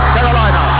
Carolina